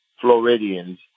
Floridians